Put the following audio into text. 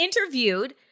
interviewed